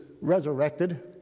resurrected